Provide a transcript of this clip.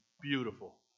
beautiful